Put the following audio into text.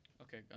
Okay